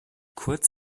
kurz